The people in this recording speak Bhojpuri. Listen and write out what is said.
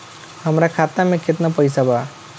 हमरा खाता मे केतना पैसा बा?